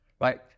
right